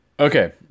Okay